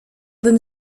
bym